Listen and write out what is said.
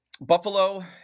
Buffalo